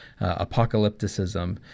apocalypticism